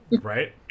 Right